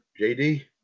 JD